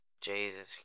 Jesus